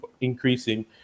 increasing